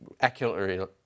accurately